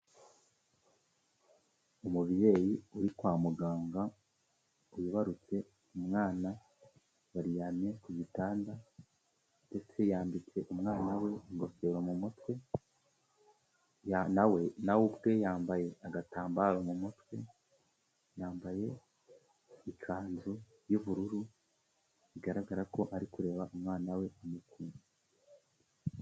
Umubyeyi uri kwa muganga, wibarutse umwana. Baryamye ku gitanda, ndetse yambitse umwana we ingofero mu mutwe na we ubwe yambaye agatambaro mu mutwe. Yambaye ikanzu y'ubururu, bigaragara ko ari kureba umwana we mu mutima.